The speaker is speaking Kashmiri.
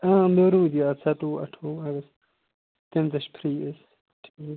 آ مےٚ روٗد یاد سَتووُہ اَٹھووُہ اَگست تَمہِ دۄہ چھِ فِرٛی أسۍ ٹھیٖک